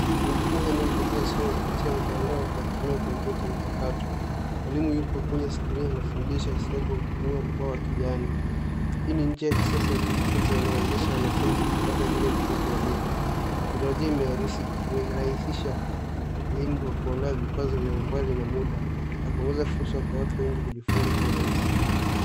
Wanafunzi wanaohudhuria somo kupitia mtandao kwa kutumia kompyuta mpakato. Mwalimu yupo kwenye skrini akifundisha hesabu kutumia ubao wa kijani. Hii ni njia ya kisasa ya kujifunza inayowezesha wanafunzi kupata elimu popote walipo. Njia hii imerahisha elimu kwa kuondoa vikwazo vya umbali na mda na kuongeza fursa kwa watu wengi kujifunza kwa urahisi.